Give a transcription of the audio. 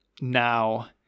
now